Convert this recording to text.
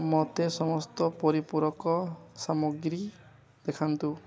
ମୋତେ ସମସ୍ତ ପରିପୂରକ ସାମଗ୍ରୀ ଦେଖାନ୍ତୁ